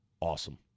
awesome